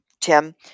Tim